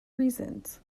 reasons